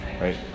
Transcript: Right